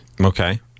Okay